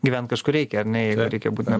gyvent kažkur reikia ar ne jeigu reikia būtina